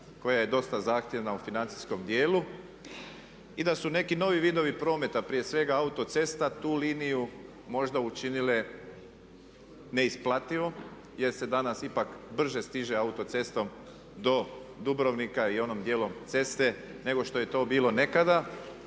koja je dosta zahtjevna u financijskom dijelu i da su neki novi vidovi prometa, prije svega autocesta tu liniju možda učinile neisplativo jer se danas ipak brže stiže autocestom do Dubrovnika i onim dijelom ceste nego što je to bilo nekada